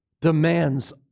demands